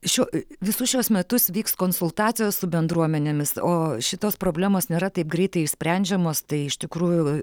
šiuo visus šiuos metus vyks konsultacijos su bendruomenėmis o šitos problemos nėra taip greitai išsprendžiamos tai iš tikrųjų